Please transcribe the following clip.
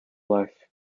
life